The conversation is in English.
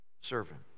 servant